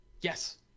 yes